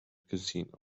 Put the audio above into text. casino